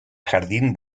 jardín